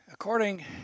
According